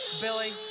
Billy